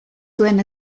zuen